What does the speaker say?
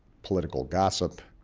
political gossip